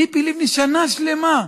ציפי לבני, שנה שלמה,